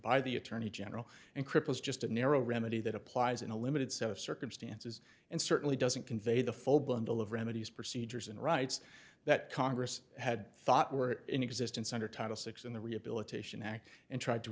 by the attorney general and cripples just a narrow remedy that applies in a limited set of circumstances and certainly doesn't convey the full bundle of remedies procedures and rights that congress had thought were in existence under title six in the rehabilitation act and tried to